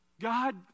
God